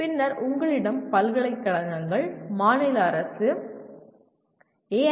பின்னர் உங்களிடம் பல்கலைக்கழகங்கள் மாநில அரசு ஏ